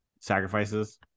sacrifices